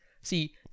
See